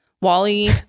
Wally